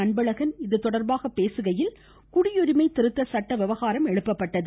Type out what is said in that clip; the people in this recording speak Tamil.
அன்பழகன் பேசுகையில் குடியுரிமை திருத்த சட்ட விவகாரம் எழுப்பப்பட்டது